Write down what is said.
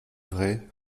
vrai